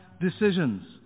decisions